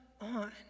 on